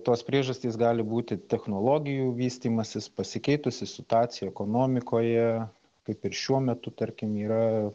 tos priežastys gali būti technologijų vystymasis pasikeitusi situacija ekonomikoje kaip ir šiuo metu tarkim yra